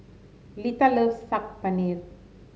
Lita loves Saag Paneer